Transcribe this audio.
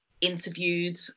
interviewed